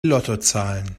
lottozahlen